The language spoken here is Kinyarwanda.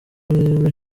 urebe